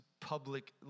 public